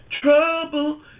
trouble